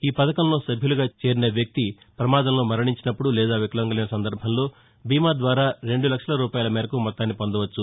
ఈ పథకంలో సభ్యులుగా చేరిన వ్యక్తి ప్రమాదంలో మరణించినపుడు లేదా వికలాంగులైన సందర్భంలో బీమా ద్వారా రెండు లక్షల రూపాయల మేరకు మొత్తాన్ని పొందవచ్చు